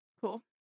cool